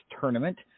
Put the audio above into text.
Tournament